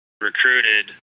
recruited